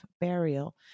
burial